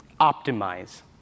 optimize